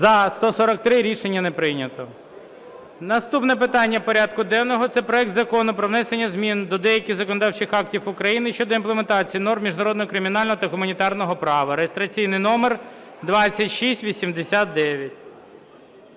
За-143 Рішення не прийнято. Наступне питання порядку денного – це проект Закону про внесення змін до деяких законодавчих актів України щодо імплементації норм міжнародного кримінального та гуманітарного права (реєстраційний номер 2689).